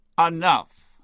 enough